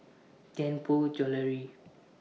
Tianpo Jewellery